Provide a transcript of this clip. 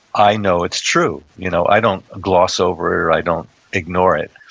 i know it's true. you know i don't gloss over i don't ignore it.